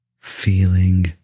feeling